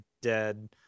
dead